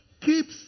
Keeps